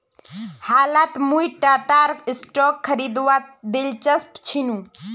हालत मुई टाटार स्टॉक खरीदवात दिलचस्प छिनु